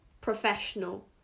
professional